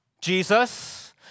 Jesus